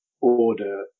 order